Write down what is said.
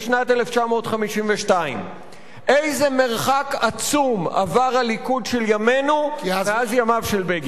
בשנת 1952. איזה מרחק עצום עבר הליכוד של ימינו מאז ימיו של בגין.